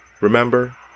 Remember